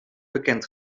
bekend